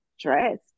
dressed